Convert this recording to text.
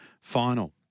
final